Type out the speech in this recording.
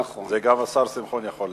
על זה גם השר שמחון יכול להעיד.